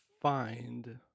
find